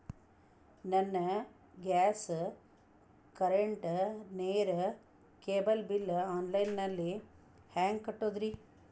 ನನ್ನ gas, current, ನೇರು, cable bill online ನಲ್ಲಿ ಹೆಂಗ್ ಕಟ್ಟೋದ್ರಿ?